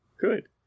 Good